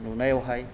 नुनायावहाय